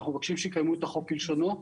אנחנו מבקשים שיקימו את החוק כלשונו.